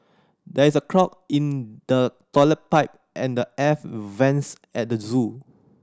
there is a clog in the toilet pipe and the air vents at the zoo